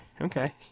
Okay